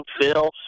Phil